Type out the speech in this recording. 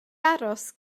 aros